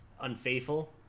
Unfaithful